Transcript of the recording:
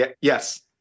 Yes